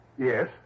Yes